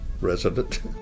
resident